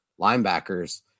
linebackers